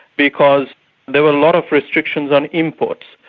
because there were a lot of restrictions on imports.